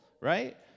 right